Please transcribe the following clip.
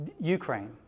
Ukraine